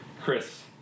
Chris